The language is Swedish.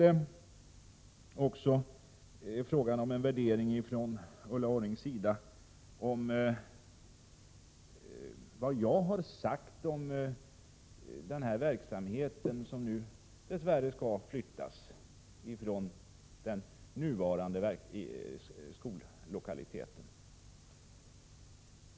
Det är också fråga om en värdering från Ulla Orrings sida av innebörden i vad jag har sagt om denna verksamhet som nu dess värre skall flyttas från de nuvarande skollokaliteterna.